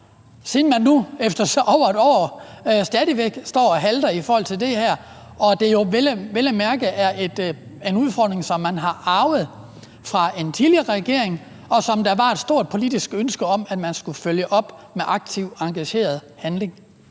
siden man nu efter over et år stadig væk står og halter bagefter i forhold til det her, og det jo vel at mærke er en udfordring, som man har arvet fra en tidligere regering, og som der var et stort politisk ønske om at man skulle følge op med aktiv og engageret handling?